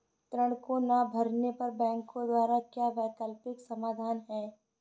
ऋण को ना भरने पर बैंकों द्वारा क्या वैकल्पिक समाधान हैं?